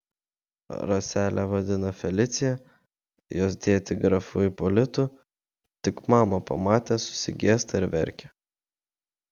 raselę vadina felicija jos tėtį grafu ipolitu tik mamą pamatęs susigėsta ir verkia